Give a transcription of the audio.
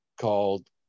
called